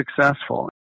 successful